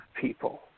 people